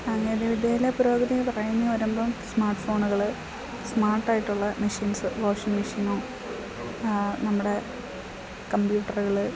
സാങ്കേതിക വിദ്യയിലെ പുരോഗതി പറഞ്ഞു വരുമ്പം സ്മാർട്ട് ഫോണുകൾ സ്മാർട്ടായിട്ടുള്ള മെഷീൻസ് വാഷിംഗ് മെഷീനും നമ്മുടെ കമ്പ്യൂട്ടറുകൾ